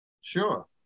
Sure